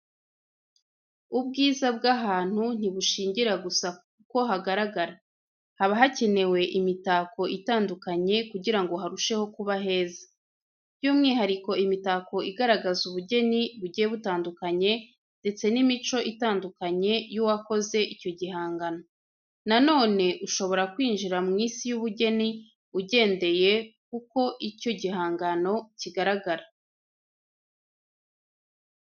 Ubwiza bw'ahantu ntibushingira gusa k'uko hagaragara. Haba hakenewe imitako itandukanye kugira ngo harusheho kuba heza. Byumwihariko imitako igaragaza ubugeni bugiye butandukanye ndetse n'imico itandukanye y'uwakoze icyo gihangano. Na none ushobora kwinjira mu isi y'ubugeni ugendeye k'uko icyo gihangano kigaragara.